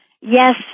yes